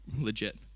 legit